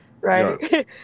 Right